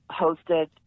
hosted